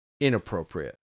inappropriate